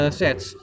sets